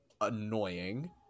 annoying